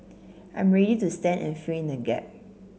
I'm ready to stand and fill in the gap